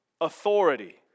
authority